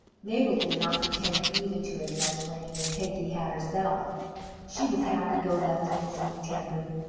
mabel did not pretend even to as much learning as peggy had herself she was happy-go-lucky and sweet-tempered.